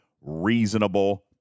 reasonable